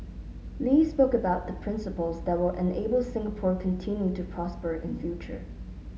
Lee spoke about the principles that will enable Singapore continue to prosper in future